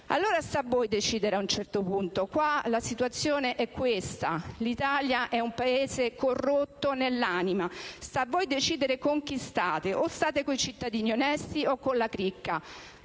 Ora sta voi decidere, ad un certo punto. La situazione è questa: l'Italia è un Paese corrotto nell'anima. Sta a voi decidere con chi stare: con i cittadini onesti o con la cricca.